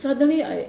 suddenly I